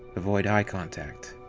avoid eye contact.